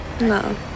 No